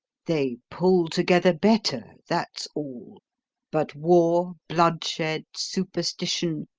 they pull together better, that's all but war, bloodshed, superstition,